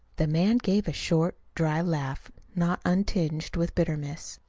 the man gave a short, dry laugh, not untinged with bitterness.